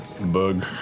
bug